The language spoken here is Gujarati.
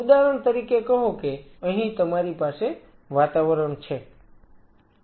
ઉદાહરણ તરીકે કહો કે અહીં તમારી પાસે વાતાવરણ છે